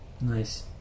Nice